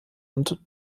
und